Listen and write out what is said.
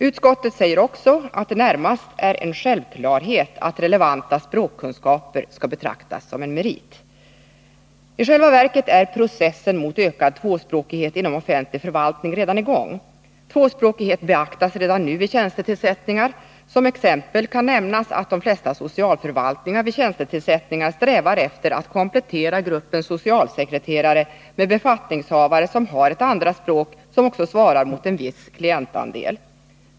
Utskottet säger också att det närmast är en självklarhet att relevanta språkkunskaper skall betraktas som merit. I själva verket är processen mot ökad tvåspråkighet inom offentlig förvaltning redan i gång. Tvåspråkighet beaktas redan nu vid tjänstetillsättningar. Som exempel kan nämnas att de flesta socialförvaltningar vid tjänstetillsättningar strävar efter att komplettera gruppen socialsekreterare med befattningshavare som har ett andraspråk som också svarar mot en viss klientandel.